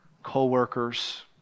Co-workers